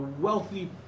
wealthy